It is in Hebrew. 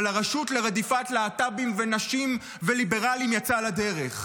אבל הרשות לרדיפת להט"בים ונשים וליברלים יצאה לדרך.